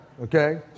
okay